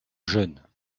jeunes